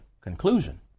conclusion